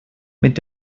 mit